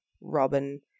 Robin